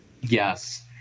Yes